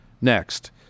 next